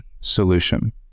solution